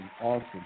awesome